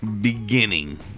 beginning